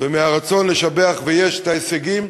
והרצון לשבח, ויש הישגים,